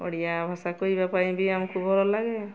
ଓଡ଼ିଆଭାଷା କହିବା ପାଇଁ ବି ଆମକୁ ଭଲ ଲାଗେ